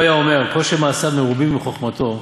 "הוא היה אומר, כל שמעשיו מרובין מחוכמתו,